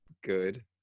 good